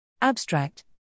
Abstract